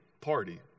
party